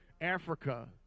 Africa